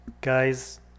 Guys